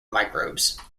microbes